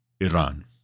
Iran